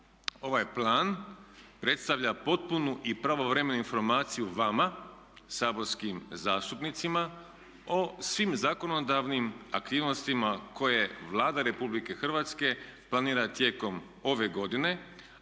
Ovaj plan predstavlja potpunu i pravovremenu informaciju vama saborskim zastupnicima o svim zakonodavnim aktivnostima koje Vlada Republike Hrvatske planira tijekom ove godine,